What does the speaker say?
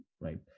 right